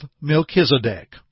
Melchizedek